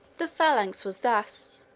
the phalanx was thus,